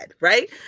right